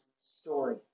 story